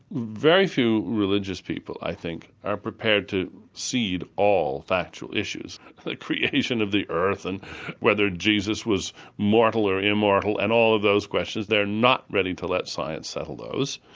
very few religious people i think are prepared to cede all factual issues the creation of the earth and whether jesus was mortal or immortal and all of those questions, they are not ready to let science settle those.